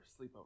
Sleepover